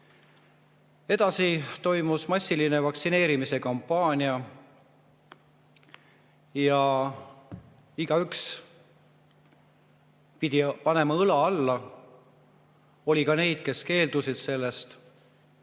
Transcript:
Edasi toimus massiline vaktsineerimiskampaania ja igaüks pidi panema õla alla. Oli ka neid, kes sellest